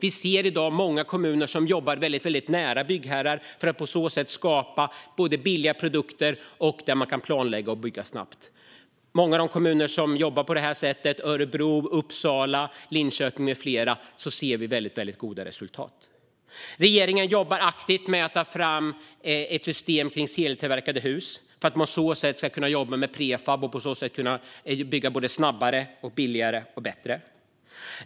I dag jobbar många kommuner väldigt nära byggherrar för att på så sätt både skapa billigare produkter och planlägga och bygga snabbt. I många av de kommuner som jobbar på det här sättet - Örebro, Uppsala, Linköping med flera - ser vi väldigt goda resultat. Regeringen jobbar aktivt med att ta fram ett system kring serietillverkade hus för att man på så sätt ska kunna jobba med prefab och bygga snabbare, billigare och bättre.